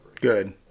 Good